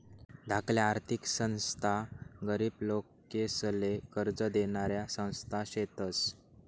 धाकल्या आर्थिक संस्था गरीब लोकेसले कर्ज देनाऱ्या संस्था शेतस